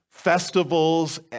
festivals